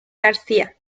garcía